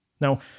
Now